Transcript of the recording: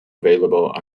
available